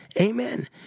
Amen